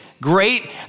Great